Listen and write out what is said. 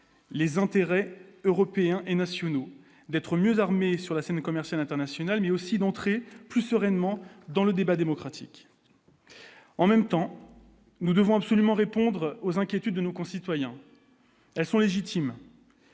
les intérêts européens et nationaux, d'être mieux armés sur la scène commerciale internationale mais aussi d'entrer plus sereinement dans le débat démocratique en même temps, nous devons absolument répondre aux inquiétudes de nos concitoyens, elles sont légitimes,